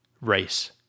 race